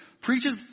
preaches